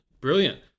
Brilliant